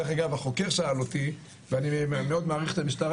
דרך אגב החוקר שאל אותי ואני מאוד מעריך את המשטרה,